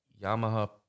Yamaha